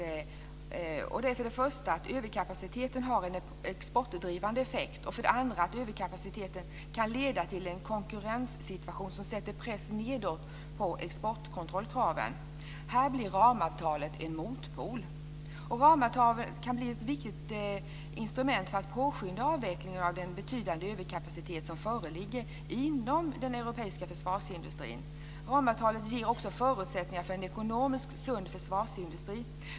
För det första är det att överkapaciteten har en exportdrivande effekt och för det andra att överkapaciteten kan leda till en konkurrenssituation som sätter press nedåt på kraven på exportkontroll. Här blir ramavtalet en motpol. Ramavtalet kan dessutom bli ett viktigt instrument för att påskynda avvecklingen av den betydande överkapacitet som finns inom den europeiska försvarsindustrin. Ramavtalet ger också förutsättningar för en ekonomiskt sund försvarsindustri.